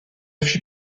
fut